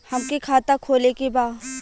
हमके खाता खोले के बा?